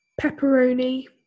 Pepperoni